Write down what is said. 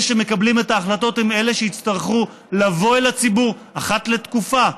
אלה שמקבלים את ההחלטות יצטרכו לבוא אל הציבור אחת לתקופה,